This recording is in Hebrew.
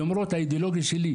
למרות שאידיאולוגיה שלי.